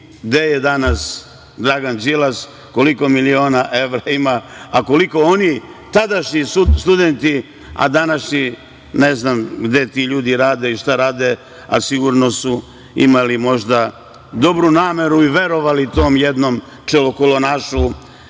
gde je danas Dragan Đilas, koliko miliona evra ima, a koliko oni tadašnji studenti a današnji… Ne znam gde ti ljudi rade i šta rade, ali sigurno su imali možda dobru nameru i verovali tom jednom čelokolonašu